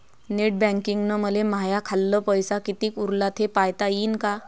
Net बँकिंगनं मले माह्या खाल्ल पैसा कितीक उरला थे पायता यीन काय?